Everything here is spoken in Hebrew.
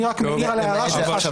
רק בנוגע להערה שלך,